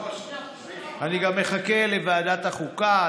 אני גם מחכה לוועדת החוקה,